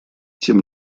тем